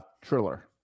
Triller